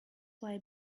why